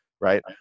right